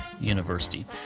University